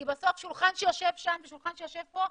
כי בסוף שולחן שיושב שם ושולחן שיושב פה,